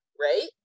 right